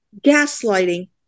gaslighting